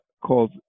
called